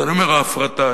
אז אני אומר, ההפרטה.